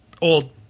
old